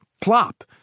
plop